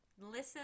listen